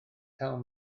taw